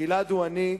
גלעד הוא אני,